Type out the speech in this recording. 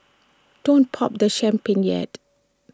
don't pop the champagne yet